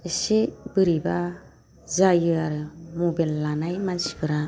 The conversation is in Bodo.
एसे बोरैबा जायो आरो मबाइल लानाय मानसिफोरा